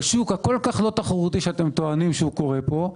בשוק הכל כך לא תחרותי שאתם טוענים שהוא קורה פה,